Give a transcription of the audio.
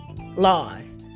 laws